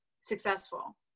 successful